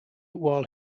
while